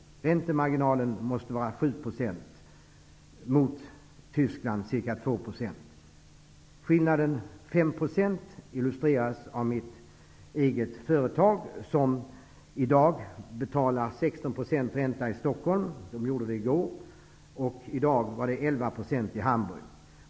Räntemarginalen måste vara 7 %, mot Tysklands ca 2 %. Skillnaden, 5 %, illustreras av mitt eget företag, som i går betalade 16 % ränta i Stockholm. I dag gällde 11 % i Hamburg.